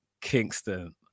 Kingston